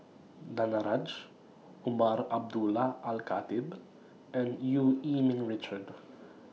Danaraj Umar Abdullah Al Khatib and EU Yee Ming Richard